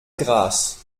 grasse